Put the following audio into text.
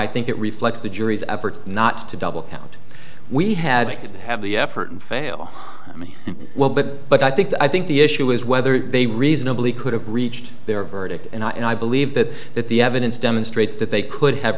i think it reflects the jury's efforts not to double count we had i could have the effort and fail well but but i think i think the issue is whether they reasonably could have reached their verdict and i believe that that the evidence demonstrates that they could have